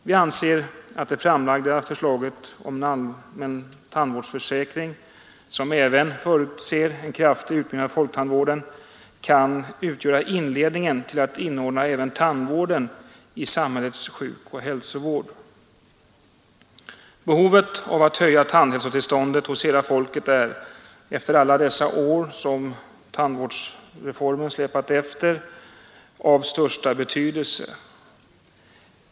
Vi anser att det framlagda förslaget om en allmän tandvårdsförsäkring, som även förutsätter en kraftig utbyggnad av folktandvården, kan utgöra inledningen till att inordna även tandvården i samhällets sjukoch hälsovård. Behovet av att höja tandhälsotillståndet hos hela folket är, efter alla dessa år som tandvårdsreformen släpat efter, av största betydelse.